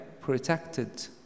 protected